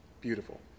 Beautiful